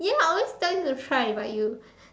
ya I always tell you to try but you